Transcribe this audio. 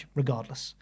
regardless